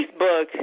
Facebook